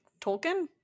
Tolkien